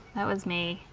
that was me